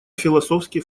философский